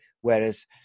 Whereas